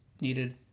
needed